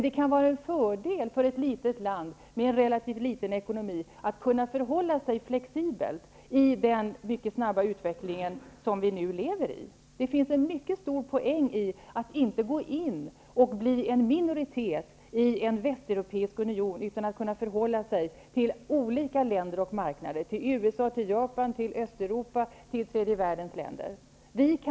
Det kan vara en fördel för ett litet land med en relativt liten ekonomi att kunna vara flexibel i den mycket snabba utveckling som vi nu lever i. Det ligger en mycket stor poäng i att inte gå in och bli en minoritet i en västeuropeisk union utan att kunna förhålla sig fri till olika länder och marknader -- till USA, till Japan, till Östeuropa, till tredje världens länder osv.